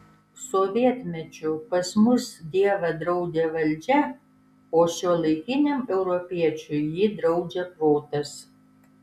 sovietmečiu pas mus dievą draudė valdžia o šiuolaikiniam europiečiui jį draudžia protas